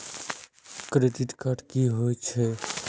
Credit card की होय छै?